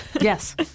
Yes